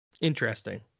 Interesting